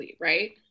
Right